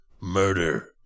Murder